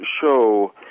show